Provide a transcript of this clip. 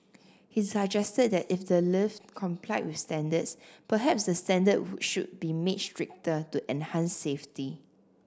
he suggested that if the lift complied with standards perhaps the standard should be made stricter to enhance safety